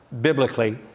biblically